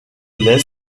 l’est